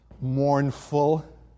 mournful